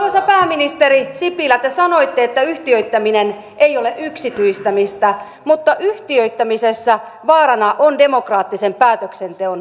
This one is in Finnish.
arvoisa pääministeri sipilä te sanoitte että yhtiöittäminen ei ole yksityistämistä mutta yhtiöittämisessä vaarana on demokraattisen päätöksenteon katoaminen